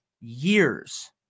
years